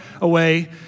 away